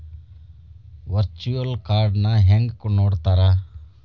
Virtual ಕಾರ್ಡ್ನ ಹೆಂಗ್ ನೋಡ್ತಾರಾ?